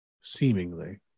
seemingly